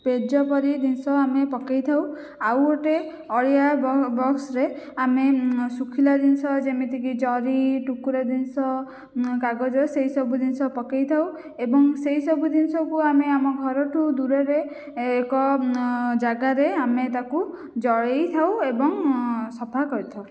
ପେଜ ପରି ଜିନିଷ ଆମେ ପକାଇ ଥାଉ ଆଉ ଗୋଟିଏ ଅଳିଆ ବକ୍ସରେ ଆମେ ଶୁଖୁଲା ଜିନିଷ ଯେମିତିକି ଜରି ଟୁକୁରା ଜିନିଷ କାଗଜ ସେହି ସବୁ ଜିନିଷ ପକାଇ ଥାଉ ଏବଂ ସେହି ସବୁ ଜିନିଷକୁ ଆମେ ଆମ ଘରଠୁ ଦୂରରେ ଏକ ଜାଗାରେ ଆମେ ତାକୁ ଜଳାଇ ଥାଉ ଏବଂ ସଫା କରିଥାଉ